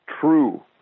true